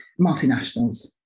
multinationals